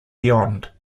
beyond